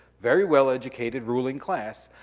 very well educated ruling class.